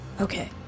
Okay